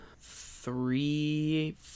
three